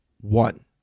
one